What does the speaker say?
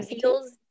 feels